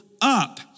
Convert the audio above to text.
up